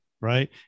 right